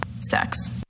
Sex